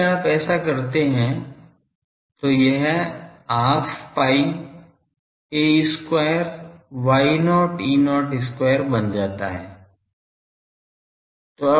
यदि आप ऐसा करते हैं तो यह half pi a square Y0 E0 square बन जाता है